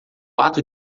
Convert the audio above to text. ato